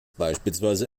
beispielsweise